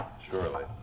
surely